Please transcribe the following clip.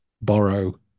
borrow